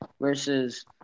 versus